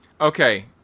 Okay